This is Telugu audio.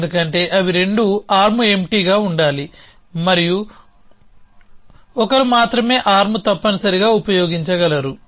ఎందుకంటే అవి రెండూ ఆర్మ్ ఎంప్టీగా ఉండాలి మరియు ఒకరు మాత్రమే ఆర్మ్ తప్పనిసరిగా ఉపయోగించగలరు